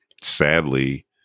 sadly